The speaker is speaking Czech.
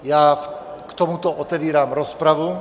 Já k tomuto otevírám rozpravu.